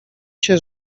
się